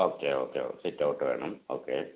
okay okay ഓ sit out വേണം okay